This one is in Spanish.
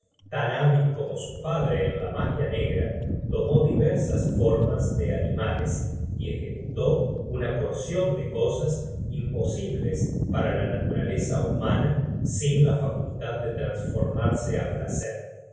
tan hábil como su padre en la magia negra tomó diversas formas de animales y ejecutó una porcion de cosas imposibles para la naturaleza humana sin la facultad de trasformarse á placer